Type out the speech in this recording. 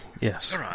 Yes